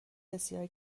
بسیار